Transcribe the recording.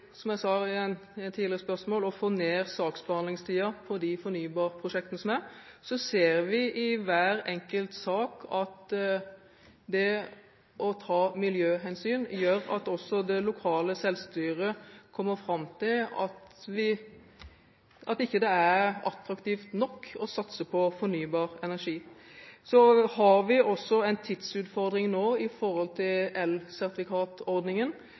som jeg sa i et tidligere svar, å få ned saksbehandlingstiden for fornybarprosjektene. Så ser vi i hver enkelt sak at det å ta miljøhensyn gjør at også det lokale selvstyret kommer fram til at det ikke er attraktivt nok å satse på fornybar energi. Vi har også en tidsutfordring når det gjelder elsertifikatordningen, så om det er tidsmessig nå å lage en helhetlig plan og samtidig komme innenfor elsertifikatordningen,